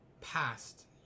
past